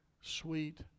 sweet